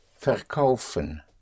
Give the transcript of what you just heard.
verkaufen